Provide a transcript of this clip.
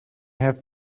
have